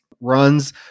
runs